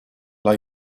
dla